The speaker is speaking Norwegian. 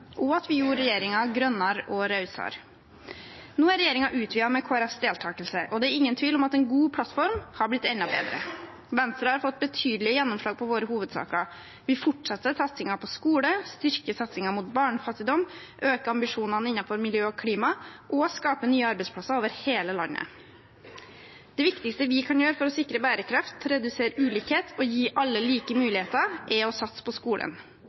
og at vi gjorde regjeringen grønnere og rausere. Nå er regjeringen utvidet med Kristelig Folkepartis deltakelse, og det er ingen tvil om at en god plattform har blitt enda bedre. Venstre har fått betydelig gjennomslag for sine hovedsaker. Vi fortsetter satsingen på skole, styrker satsingen mot barnefattigdom, øker ambisjonene innenfor miljø og klima og skaper nye arbeidsplasser over hele landet. Det viktigste vi kan gjøre for å sikre bærekraft, redusere ulikhet og gi alle like muligheter, er å satse på skolen.